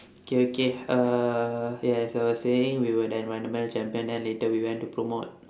okay okay uh ya as I was saying we were the environmental champions then later we went to promote